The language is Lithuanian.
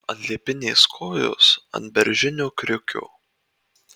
ant liepinės kojos ant beržinio kriukio